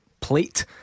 plate